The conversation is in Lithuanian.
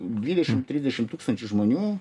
dvidešim trisdešim tūkstančių žmonių